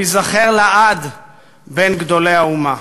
הוא ייזכר לעד בין גדולי האומה.